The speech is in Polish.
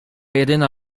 jedyna